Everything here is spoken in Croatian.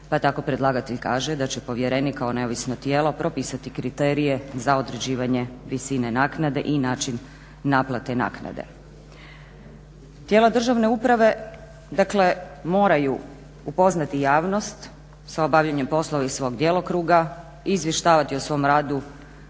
pa tako predlagatelj kaže da će povjerenik kao neovisno tijelo propisati kriterije za određivanje visine naknade i način naplate naknade. Tijela državne uprave dakle moraju upoznati javnost sa obavljanjem poslova iz svog djelokruga i izvještavati o svom radu